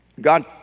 God